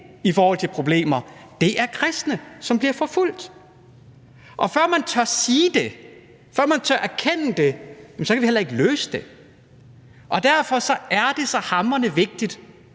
i forhold til problemer – er kristne, som bliver forfulgt. Og før man tør sige det, før man tør erkende det, kan vi heller ikke løse det. Derfor er det så hamrende vigtigt,